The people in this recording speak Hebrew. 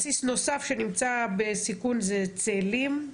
בסיס נוסף שנמצא בסיכון זה צאלים,